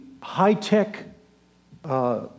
high-tech